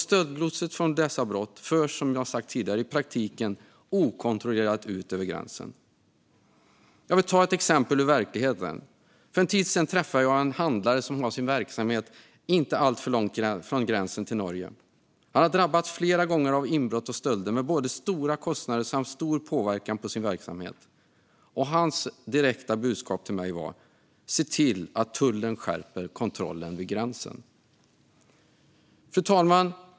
Stöldgodset från dessa brott förs, som jag har sagt tidigare, i praktiken okontrollerat ut över gränsen. Jag vill ta ett exempel ur verkligheten. För en tid sedan träffade jag en handlare som har sin verksamhet inte alltför långt från gränsen till Norge. Han hade drabbats flera gånger av inbrott och stölder med både stora kostnader samt stor påverkan på sin verksamhet. Hans direkta budskap till mig var: Se till att tullen skärper kontrollen vid gränsen. Fru talman!